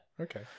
Okay